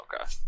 Okay